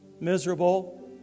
miserable